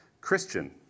Christian